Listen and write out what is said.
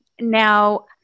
Now